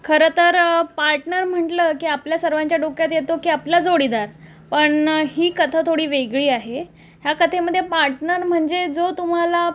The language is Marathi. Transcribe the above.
खरं तर पार्टनर म्हटलं की आपल्या सर्वांच्या डोक्यात येतो की आपला जोडीदार पण ही कथा थोडी वेगळी आहे ह्या कथेमधे पार्टनर म्हणजे जो तुम्हाला